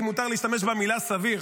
אם מותר להשתמש במילה "סביר".